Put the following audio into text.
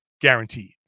guaranteed